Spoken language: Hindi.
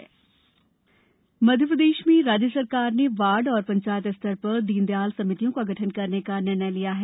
दीनदयाल समितियां मध्यप्रदेश में राज्य सरकार ने वार्ड और ांचायत स्तर ांर दीनदयाल समितियों का गठन करने का निर्णय लिया है